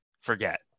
forget